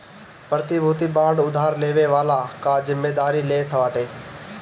प्रतिभूति बांड उधार लेवे वाला कअ जिमेदारी लेत बाटे